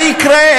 מה יקרה,